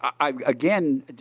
again